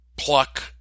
pluck